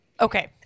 Okay